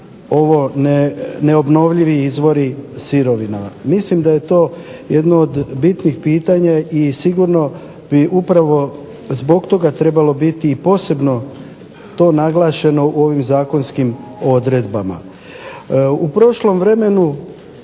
ovo neobnovljivi izvori sirovina. Mislim da je to jedno od bitnih pitanja i sigurno bi upravo zbog toga trebalo biti i posebno to naglašeno u ovim zakonskim odredbama. U prošlom vremenu